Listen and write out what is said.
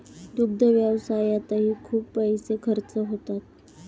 दुग्ध व्यवसायातही खूप पैसे खर्च होतात